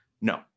No